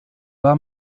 war